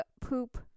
poop